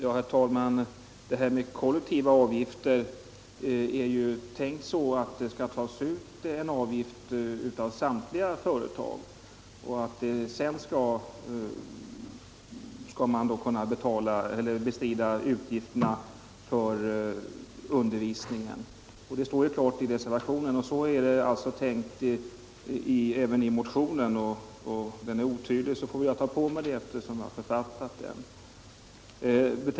Herr talman! Förslaget om kollektiva avgifter är tänkt så att en avgift skall tas ut av samtliga företag, och att man sedan skall kunna bestrida utgifterna för undervisningen. Detta står klart i reservationen. Så är det tänkt även i motionen, och om den är otydlig får jag väl ta på mig det eftersom jag författat den.